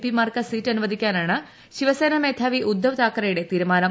പിമാർക്ക് seat അനുവദിക്കാനാണ് ശിവസേന മേധാവി ഉദ്ധവ് താക്കറെയുടെ തീരുമാനം